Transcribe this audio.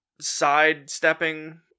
sidestepping